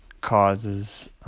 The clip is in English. causes